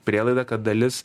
prielaida kad dalis